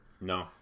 No